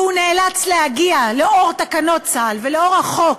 והוא נאלץ להגיע, לנוכח תקנות צה"ל ולנוכח החוק,